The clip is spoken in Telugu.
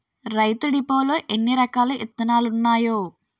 రైతు డిపోలో ఎన్నిరకాల ఇత్తనాలున్నాయో